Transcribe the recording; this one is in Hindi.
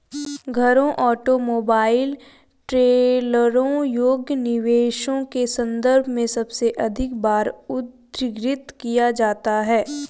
घरों, ऑटोमोबाइल, ट्रेलरों योग्य निवेशों के संदर्भ में सबसे अधिक बार उद्धृत किया जाता है